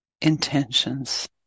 intentions